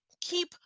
keep